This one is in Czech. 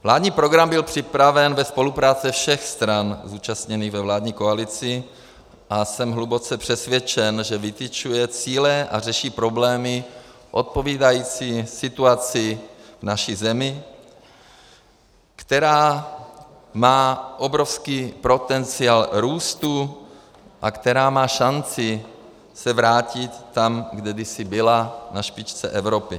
Vládní program byl připraven ve spolupráci všech stran zúčastněných ve vládní koalici a jsem hluboce přesvědčen, že vytyčuje cíle a řeší problémy odpovídající situaci v naší zemi, která má obrovský potenciál růstu a která má šanci se vrátit tam, kde kdysi byla na špičce Evropy.